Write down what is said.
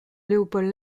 léopold